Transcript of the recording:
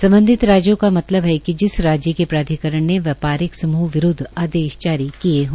सम्बधित राज्यों का मतलब है कि जिस राज्य के प्राधिकरण ने व्यापारिक समूह आदेश जारी किए हो